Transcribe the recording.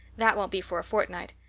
that won't be for a fortnight.